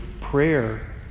prayer